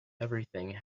everything